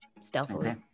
stealthily